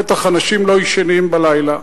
בטח אנשים לא ישנים בלילה,